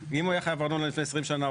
אם הוא היה חייב ארנונה לפני עשירם שנה,